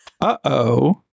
Uh-oh